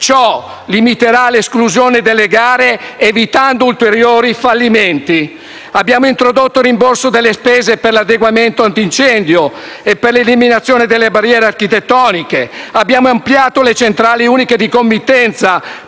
Ciò limiterà l'esclusione dalle gare evitando ulteriori fallimenti. Abbiamo introdotto il rimborso delle spese per l'adeguamento antincendio e per l'eliminazione delle barriere architettoniche. Abbiamo ampliato le centrali uniche di committenza